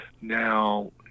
Now